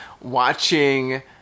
watching